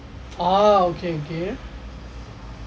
orh okay okay